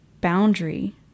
boundary